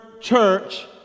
church